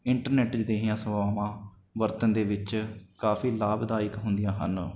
internet ਜਿਹੀਆਂ ਸੇਵਾਵਾਂ ਵਰਤਣ ਦੇ ਵਿੱਚ ਕਾਫੀ ਲਾਭਦਾਇਕ ਹੁੰਦੀਆਂ ਹਨ